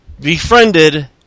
befriended